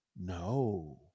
No